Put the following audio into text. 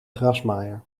grasmaaier